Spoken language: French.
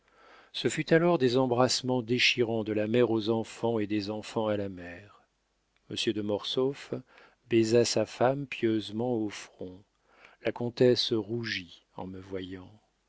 ce fut alors des embrassements déchirants de la mère aux enfants et des enfants à la mère monsieur de mortsauf baisa sa femme pieusement au front la comtesse rougit en me voyant